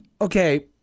Okay